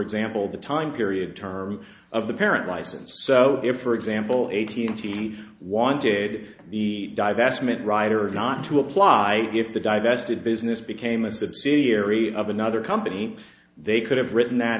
example the time period term of the parent license so if for example eight hundred wanted the divestment rider not to apply if the divested business became a subsidiary of another company they could have written that